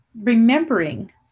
remembering